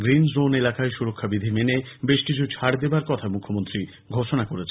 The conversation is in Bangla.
গ্রীণ জোন এলাকায় সুরক্ষা বিধি মেনে বেশকিছু ছাড় দেবার কথা মুখ্যমন্ত্রী ঘোষণা করেছেন